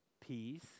peace